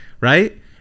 right